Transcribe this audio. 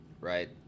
Right